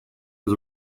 was